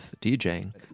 DJing